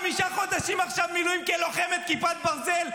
שעשתה עכשיו חמישה חודשים מילואים כלוחמת כיפת ברזל,